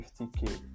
50k